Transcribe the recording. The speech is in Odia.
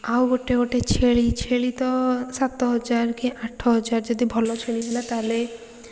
ଆଉ ଗୋଟେ ଗୋଟେ ଛେଳି ଛେଳି ତ ସାତ ହଜାର କି ଆଠ ହଜାର ଯଦି ଭଲ ଛେଳି ହେଲା ତାହେଲେ